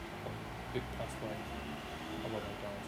a great plus point about McDonald's